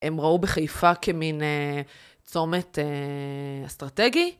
הם ראו בחיפה כמין צומת אסטרטגי.